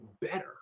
better